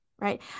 right